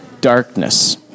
darkness